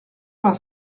vingt